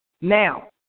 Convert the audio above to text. Now